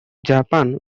japan